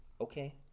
okay